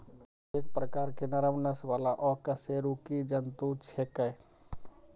mollusc एक प्रकार के नरम नस वाला अकशेरुकी जंतु छेकै